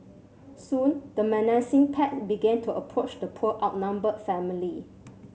soon the menacing pack began to approach the poor outnumbered family